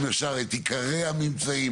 אם אפשר את עיקרי הממצאים,